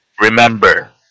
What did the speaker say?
Remember